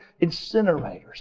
incinerators